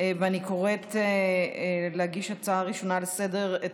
ואני קוראת למגישת ההצעה הראשונה לסדר-היום,